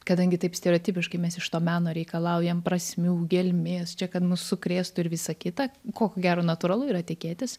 kadangi taip stereotipiškai mes iš to meno reikalaujam prasmių gelmės čia kad mus sukrėstų ir visa kita ko ko gero natūralu yra tikėtis